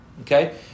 Okay